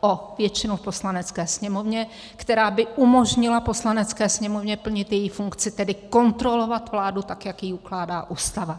o většinu v Poslanecké sněmovně, která by umožnila Poslanecké sněmovně plnit její funkci, tedy kontrolovat vládu, tak jak jí ukládá Ústava.